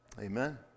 Amen